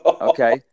Okay